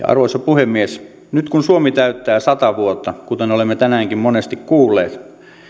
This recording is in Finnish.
arvoisa puhemies nyt kun suomi täyttää sata vuotta kuten olemme tänäänkin monesti kuulleet